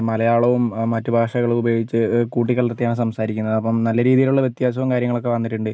മലയാളവും മറ്റ് ഭാഷകളും ഉപയോഗിച്ച് കൂട്ടിക്കലർത്തിയാണ് സംസാരിക്കുന്നത് അപ്പം നല്ല രീതിയിലുള്ള വ്യത്യാസവും കാര്യങ്ങളുമൊക്കെ വന്നിട്ടുണ്ട്